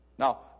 Now